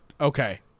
Okay